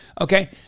Okay